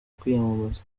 kwiyamamaza